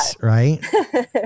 right